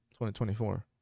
2024